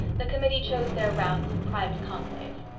the committee chose their routes in private conclave.